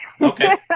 Okay